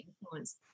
influence